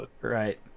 Right